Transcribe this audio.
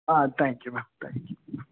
ah thank you ma'am thank you